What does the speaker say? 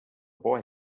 boy